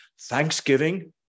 thanksgiving